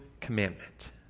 commandment